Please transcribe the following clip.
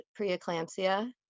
preeclampsia